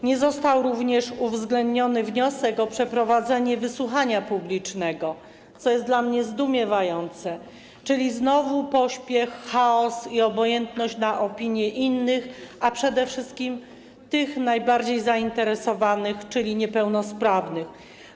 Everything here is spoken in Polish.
Nie został również uwzględniony wniosek o przeprowadzenie wysłuchania publicznego, co jest dla mnie zdumiewające, czyli znowu pośpiech, chaos i obojętność na opinię innych, a przede wszystkim tych najbardziej zainteresowanych, czyli niepełnosprawnych.